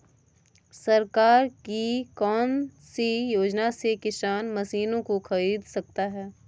सरकार की कौन सी योजना से किसान मशीनों को खरीद सकता है?